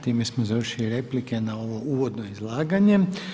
Time smo završili replike na ovo uvodno izlaganje.